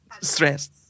stressed